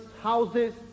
houses